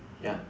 ya